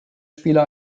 spieler